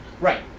Right